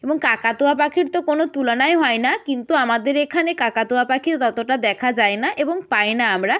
এবং কাকাতুয়া পাখির তো কোনো তুলনাই হয় না কিন্তু আমাদের এখানে কাকাতুয়া পাখি ততটা দেখা যায় না এবং পাই না আমরা